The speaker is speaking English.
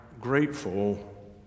grateful